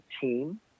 team